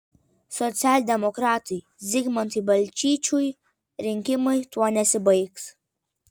socialdemokratui zigmantui balčyčiui rinkimai tuo nesibaigs